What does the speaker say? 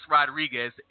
Rodriguez